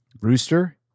Rooster